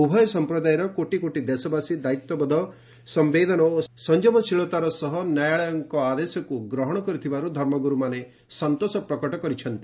ଉଭୟ ସମ୍ପ୍ରଦାୟର କୋଟି କୋଟି ଦେଶବାସୀ ଦାୟିତ୍ୱବୋଧ ସମ୍ଭେଦନଶୀଳତା ଓ ସଂଯମଶୀଳତାର ସହ ନ୍ୟାୟାଳୟଙ୍କ ଆଦେଶକୁ ଗ୍ରହଣ କରିଥିବାରୁ ଧର୍ମଗୁରୁମାନେ ସନ୍ତୋଷ ପ୍ରକାଶ କରିଛନ୍ତି